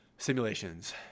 Simulations